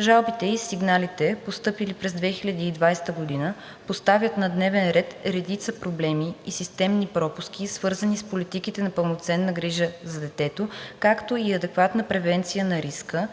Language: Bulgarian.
Жалбите и сигналите, постъпили през 2020 г., поставят на дневен ред редица проблеми и системни пропуски, свързани с политиките за пълноценна грижа за детето, както и адекватна превенция на риска,